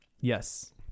Yes